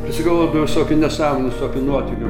prisigalvodavau visokių nesąmonių visokių nuotykių